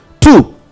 Two